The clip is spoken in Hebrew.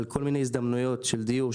על כל מיני הזדמנויות של דיור,